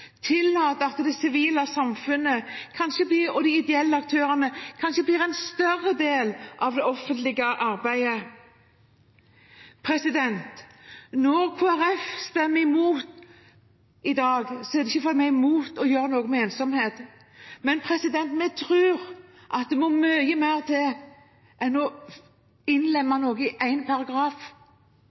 at det sivile samfunnet og de ideelle aktørene kanskje blir en større del av det offentlige arbeidet? Når Kristelig Folkeparti stemmer imot i dag, er det ikke fordi vi er imot å gjøre noe med ensomheten, men vi tror at det må mye mer til enn å innlemme noe i én paragraf.